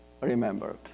remembered